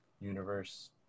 universe